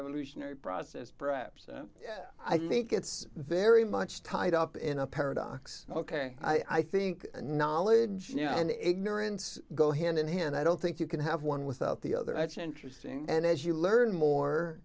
evolutionary process perhaps i think it's very much tied up in a paradox ok i think knowledge and ignorance go hand in hand i don't think you can have one without the other edge interesting and as you learn more